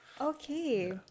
Okay